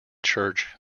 church